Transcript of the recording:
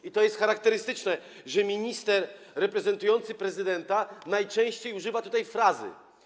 I to jest charakterystyczne, że minister reprezentujący prezydenta najczęściej używa tutaj fraz: